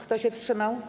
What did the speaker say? Kto się wstrzymał?